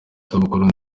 isabukuru